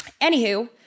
anywho